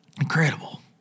Incredible